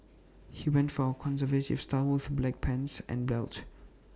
he went for A conservative style with black pants and belt